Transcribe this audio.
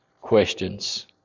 questions